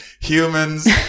humans